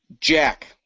Jack